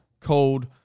called